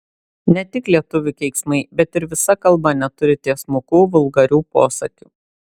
ne tik lietuvių keiksmai bet ir visa kalba neturi tiesmukų vulgarių posakių